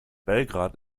belgrad